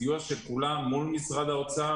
סיוע של כולם, מול משרד האוצר.